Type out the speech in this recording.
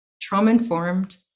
trauma-informed